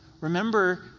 Remember